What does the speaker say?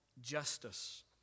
Justice